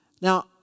Now